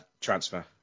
transfer